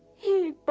he but